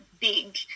big